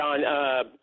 John